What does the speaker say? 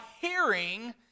hearing